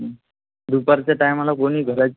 दुपारच्या टायमाला कोणी घरा